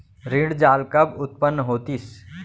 ऋण जाल कब उत्पन्न होतिस?